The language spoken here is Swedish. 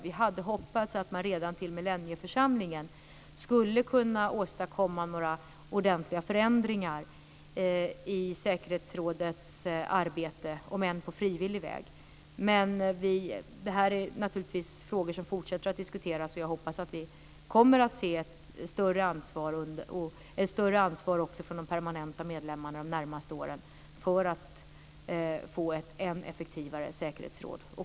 Vi hade hoppats att man redan till millennieförsamlingen skulle kunna åstadkomma några ordentliga förändringar i säkerhetsrådets arbete, om än på frivillig väg. Det här är naturligtvis frågor som fortsätter att diskuteras. Jag hoppas att vi kommer att se större ansvar också från de permanenta medlemmarna under de närmaste åren för att få ett än effektivare säkerhetsråd.